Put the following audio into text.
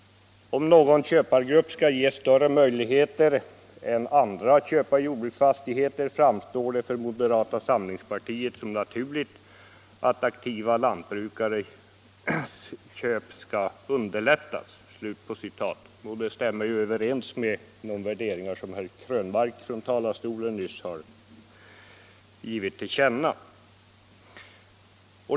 Om någon köpargrupp skall ges större möjligheter än andra att köpa jordbruksfastigheter, framstår det för moderata samlingspartiet som naturligt, att de aktiva lantbrukarnas köp skall underlättas.” Detta stämmer överens med de värderingar som herr Krönmark från denna talarstol nyss har givit till känna.